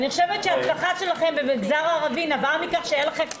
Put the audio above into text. אני חושבת שההצלחה שלכם במגזר הערבי נבעה מכך שהיה לכם,